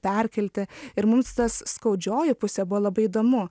perkelti ir mums tas skaudžioji pusė buvo labai įdomu